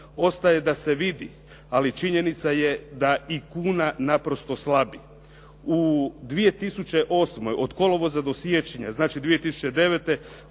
ostaje da se vidi. Ali činjenica je da i kuna naprosto slabi. U 2008. od kolovoza do siječnja znači 2009.